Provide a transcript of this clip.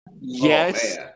Yes